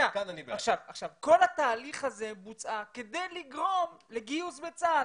כל התהליך הזה בוצע כדי לגרום לגיוס לצה"ל.